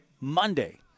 monday